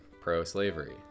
pro-slavery